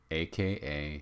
aka